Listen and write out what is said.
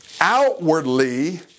outwardly